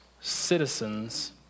citizens